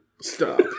Stop